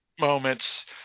moments